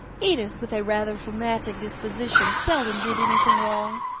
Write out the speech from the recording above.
edith, with a rather phlegmatic disposition, seldom did anything wrong.